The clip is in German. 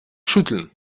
schütteln